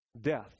death